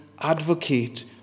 advocate